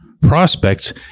prospects